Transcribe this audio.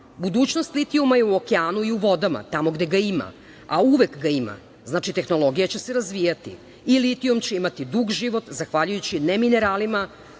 Budućnost litijuma je u okeanu i u vodama, tamo gde ga ima, a uvek ga ima. Znači, tehnologija će se razvijati i litijum će imati dug život, zahvaljujući ne mineralima,